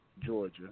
Georgia